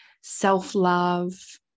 self-love